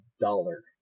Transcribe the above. dollar